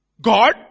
God